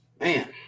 Man